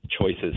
choices